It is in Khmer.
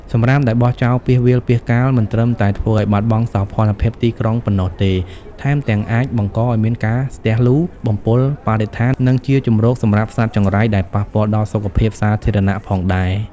សំរាមដែលបោះចោលពាសវាលពាសកាលមិនត្រឹមតែធ្វើឲ្យបាត់បង់សោភ័ណភាពទីក្រុងប៉ុណ្ណោះទេ ថែមទាំងអាចបង្កឲ្យមានការស្ទះលូ បំពុលបរិស្ថាន និងជាជម្រកសម្រាប់សត្វចង្រៃ ដែលប៉ះពាល់ដល់សុខភាពសាធារណៈផងដែរ។